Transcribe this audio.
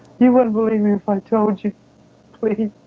you wouldn't believe me if i told you please!